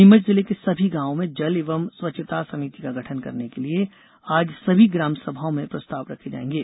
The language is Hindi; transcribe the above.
नीमच जिले के सभी गॉवों में जल एवं स्चछता समिति का गठन करने के लिए आज सभी ग्राम सभाओं में प्रस्ताव रखे जायेंगे